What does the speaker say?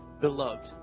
beloved